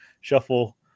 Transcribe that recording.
shuffle